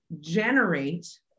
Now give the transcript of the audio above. generate